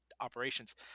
operations